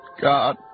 God